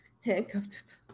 Handcuffed